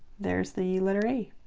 there's the letter a